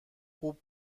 خوب